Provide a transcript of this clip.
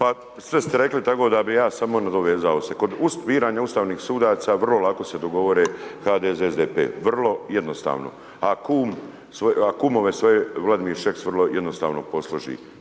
Pa, sve ste rekli, tako da bih ja samo nadovezao se. Kod biranja ustavnih sudaca vrlo lako se dogovore HDZ, SDP, vrlo jednostavno, a kumove svoje Vladimir Šeks vrlo jednostavno posloži